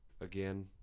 again